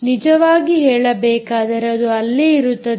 ನಿಜವಾಗಿ ಹೇಳಬೇಕಾದರೆ ಅದು ಅಲ್ಲೇ ಇರುತ್ತದೆ